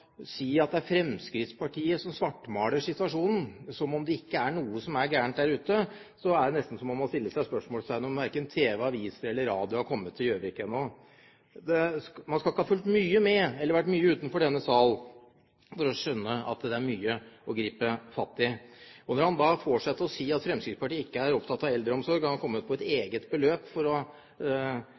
si at det er Fremskrittspartiet som svartmaler situasjonen, som om det ikke er noe som er galt der ute, er det nesten så man må spørre om verken tv, aviser eller radio har kommet til Gjøvik ennå. Man skal ikke ha fulgt mye med, eller vært mye utenfor denne sal, for å skjønne at det er mye å gripe fatt i. Når han da får seg til å si at Fremskrittspartiet ikke er opptatt av eldreomsorg, og han kommer med et beløp for å